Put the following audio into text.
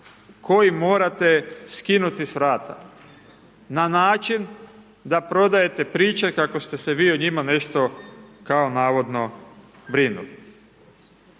koji morate skinuti s vrata na način da prodajete priče kako ste se vi o njima nešto kao navodno brinuli.